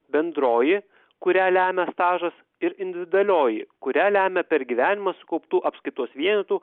bendroji kurią lemia stažas ir individualioji kurią lemia per gyvenimą sukauptų apskaitos vienetų